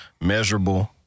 measurable